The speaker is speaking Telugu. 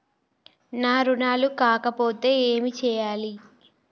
నా రుణాలు కాకపోతే ఏమి చేయాలి?